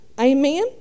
Amen